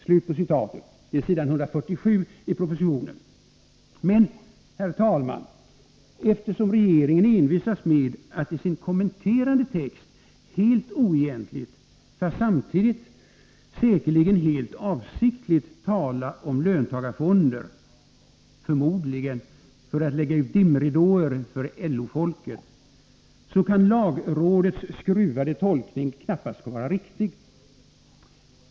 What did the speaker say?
Men, herr talman, eftersom regeringen envisas med att i sin kommenterande text helt oegentligt, fast samtidigt säkerligen helt avsiktligt, tala om löntagarfonder — förmodligen för att lägga ut dimridåer för LO-folket — kan lagrådets skruvade tolkning knappast vara riktig.